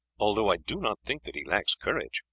although i do not think that he lacks courage.